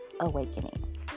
Awakening